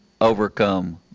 overcome